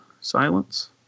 Silence